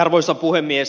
arvoisa puhemies